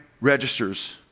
registers